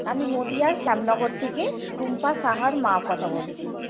আমি নদীয়ার শ্যামনগর থেকে টুম্পা সাহার মা কথা বলছি